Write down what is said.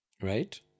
Right